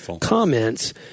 comments